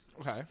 Okay